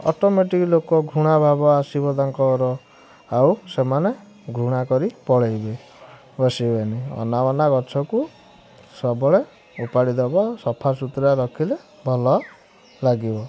automatic ଲୋକ ଘୃଣା ଭାବ ଆସିବ ତାଙ୍କର ଆଉ ସେମାନେ ଘୃଣା କରି ପଳେଇବେ ଆଉ ବସିବେନି ଅନାବନା ଗଛକୁ ସବୁବେଳେ ଉପାଡ଼ି ଦେବ ସଫା ସୁତୁରା ରଖିଲେ ଭଲ ଲାଗିବ